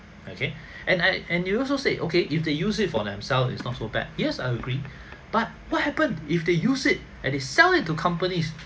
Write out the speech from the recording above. okay and I and you also say okay if they use it for themselves it's not so bad yes I agree but what happened if they use it and they sell it to companies